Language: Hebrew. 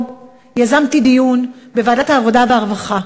יזמתי דיון בוועדת העבודה והרווחה,